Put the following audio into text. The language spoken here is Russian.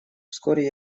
вскоре